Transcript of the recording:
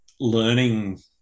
learning